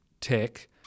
tech